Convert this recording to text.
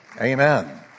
Amen